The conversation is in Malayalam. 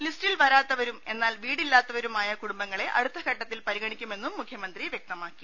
ലിസ്റ്റിൽ വരാത്തവരും എന്നാൽ വീടില്ലാത്തവരുമായ കുടുംബങ്ങളെ അടുത്ത ഘട്ടത്തിൽ പരിഗണിക്കുമെന്നും മുഖ്യമന്ത്രി വ്യക്തമാക്കി